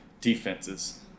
Defenses